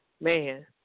Man